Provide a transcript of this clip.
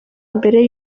imbere